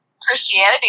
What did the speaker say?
Christianity